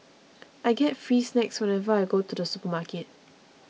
I get free snacks whenever I go to the supermarket